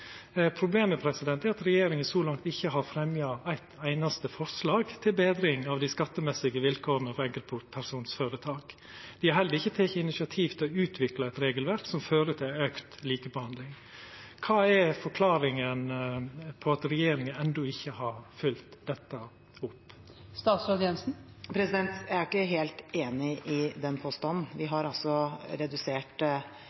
Problemet er at regjeringa så langt ikkje har fremja eit einaste forslag til betring av dei skattemessige vilkåra for enkeltpersonføretak. Dei har heller ikkje teke initiativ til å utvikla eit regelverk som fører til auka likebehandling. Kva er forklaringa på at regjeringa enno ikkje har følgt dette opp? Jeg er ikke helt enig i den påstanden. Vi